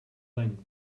length